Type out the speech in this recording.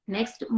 Next